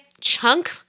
chunk